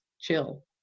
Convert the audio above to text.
chill